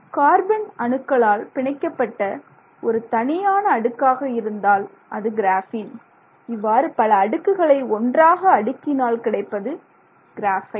carbon அணுக்களால் பிணைக்கப்பட்ட ஒரு தனியான அடுக்காக இருந்தால் அது கிராஃபீன் இவ்வாறு பல அடுக்குகளை ஒன்றாக அடுக்கினால் கிடைப்பது கிராபைட்